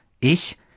ich